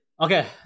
Okay